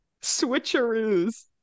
switcheroos